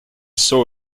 saw